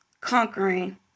conquering